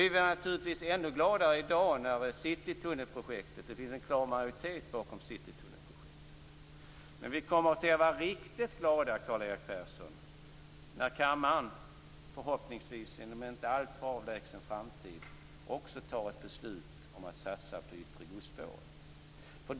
Vi blir naturligtvis ännu gladare i dag när det finns en klar majoritet bakom citytunnelprojektet. Men vi kommer att vara riktigt glada, Karl-Erik Persson, när kammaren förhoppningsvis inom en inte alltför avlägsen framtid också fattar beslut om att satsa på det yttre godsspåret.